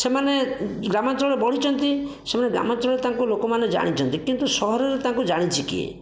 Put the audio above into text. ସେମାନେ ଗ୍ରାମାଞ୍ଚଳରେ ବଢ଼ିଛନ୍ତି ସେମାନେ ଗ୍ରାମାଞ୍ଚଳରେ ତାଙ୍କୁ ଲୋକମାନେ ଜାଣିଛନ୍ତି କିନ୍ତୁ ସହରରେ ତାଙ୍କୁ ଜାଣିଛି କିଏ